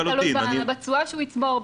זה תלוי בתשואה שהוא יצבור,